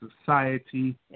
Society